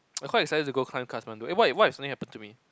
I quite excited to go climb Kathmandu eh what if what if something happen to me